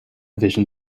vision